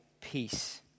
peace